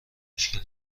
مشکلی